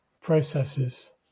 processes